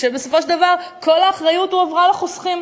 שבסופו של דבר כל האחריות הועברה לחוסכים.